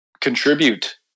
contribute